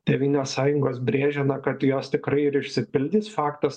tėvynės sąjungos brėžia na kad jos tikrai ir išsipildys faktas